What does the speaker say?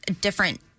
different